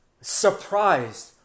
surprised